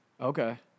Okay